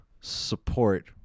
support